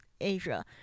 Asia